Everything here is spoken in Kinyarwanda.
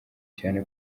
cyane